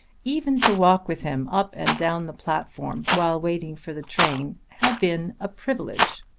even to walk with him up and down the platform while waiting for the train had been a privilege.